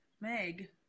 Meg